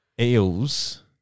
Eels